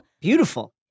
Beautiful